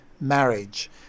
marriage